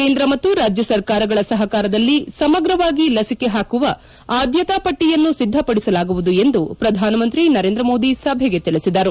ಕೇಂದ್ರ ಮತ್ತು ರಾಜ್ಯ ಸರ್ಕಾರಗಳ ಸಹಕಾರದಲ್ಲಿ ಸಮಗ್ರವಾಗಿ ಲಸಿಕೆ ಹಾಕುವ ಆದ್ಭತಾಪಟ್ಟಿಯನ್ನು ಒದ್ದಪಡಿಸಲಾಗುವುದೆಂದು ಪ್ರಧಾನಮಂತ್ರಿ ನರೇಂದ್ರಮೋದಿ ಸಭೆಗೆ ತಿಳಿಸಿದರು